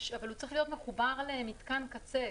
אבל הוא צריך להיות מחובר למתקן קצה.